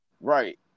right